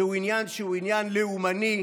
זהו עניין שהוא עניין לאומני,